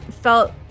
felt